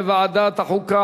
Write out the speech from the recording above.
לוועדת החוקה,